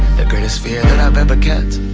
greatest fear that i've ever kept